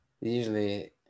Usually